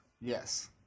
Yes